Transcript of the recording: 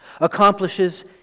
accomplishes